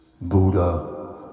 Buddha